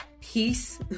peace